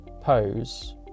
pose